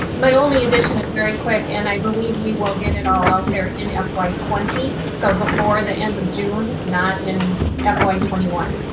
my only addition is very quick. and i believe we will get it all out there in yeah fy twenty. so before the end of june, not in yeah fy twenty one.